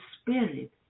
spirit